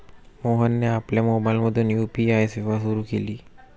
मोहनने आपल्या मोबाइलमधून यू.पी.आय सेवा सुरू केली